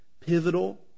Pivotal